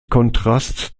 kontrast